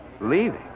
Leaving